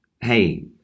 Hey